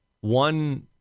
one